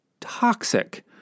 toxic